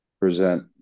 present